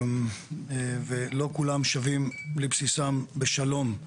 ולא כולם שבים לבסיסם בשלום.